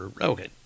Okay